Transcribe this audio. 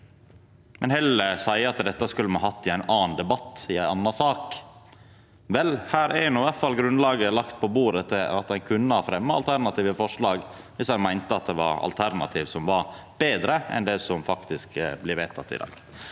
men seier heller at dette skulle me hatt i ein annan debatt, i ei anna sak. Vel, her er no i alle fall grunnlaget lagt på bordet, slik at ein kunne ha fremja alternative forslag viss ein meinte at det var alternativ som var betre enn det som faktisk blir vedteke i dag.